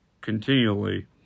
continually